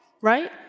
right